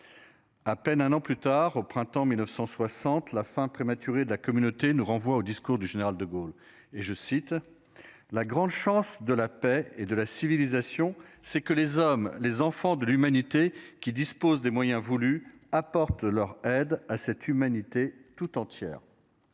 À peine un an plus tard au printemps 1960 la fin prématurée de la communauté nous renvoie au discours du général De Gaulle et je cite. La grande chance de la paix et de la civilisation, c'est que les hommes, les enfants de l'humanité qui dispose des moyens voulus. Apportent leur aide à cette humanité tout entière.